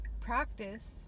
practice